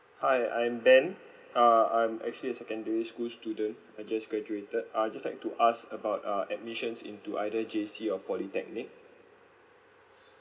hi I'm ben uh I'm actually a secondary school student I just graduated uh just like to ask about uh admissions into either J_C or polytechnic